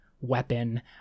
weapon